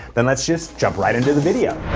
then let's just jump right into the video.